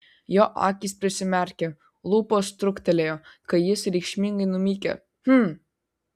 jo akys prisimerkė lūpos truktelėjo kai jis reikšmingai numykė hm